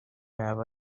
never